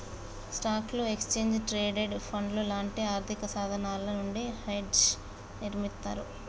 స్టాక్లు, exchange traded ఫండ్లు లాంటి ఆర్థికసాధనాల నుండి హెడ్జ్ని నిర్మిత్తర్